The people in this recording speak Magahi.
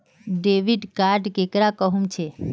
डेबिट कार्ड केकरा कहुम छे?